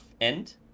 end